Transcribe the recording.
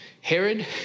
Herod